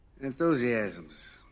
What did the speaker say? Enthusiasms